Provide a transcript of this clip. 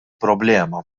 problema